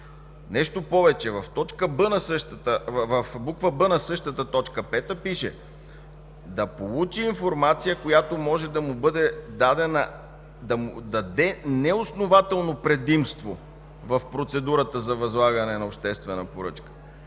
Нещо повече, в буква „б” на същата т. 5 пише: „Да получи информация, която може да му даде неоснователно предимство в процедурата за възлагане на обществена поръчка”.